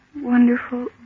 Wonderful